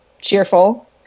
cheerful